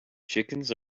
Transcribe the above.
chickens